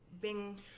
Bing